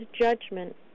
judgment